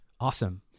awesome